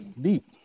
Deep